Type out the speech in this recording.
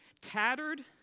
tattered